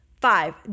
Five